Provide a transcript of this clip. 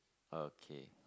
okay